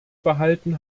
behalten